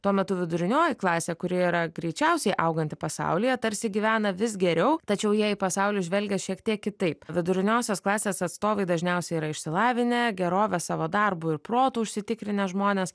tuo metu vidurinioji klasė kuri yra greičiausiai auganti pasaulyje tarsi gyvena vis geriau tačiau jie į pasaulį žvelgia šiek tiek kitaip viduriniosios klasės atstovai dažniausiai yra išsilavinę gerovę savo darbu ir protu užsitikrinę žmonės